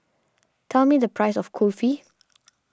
tell me the price of Kulfi